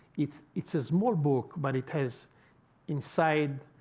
it's it's a small book, but it has inside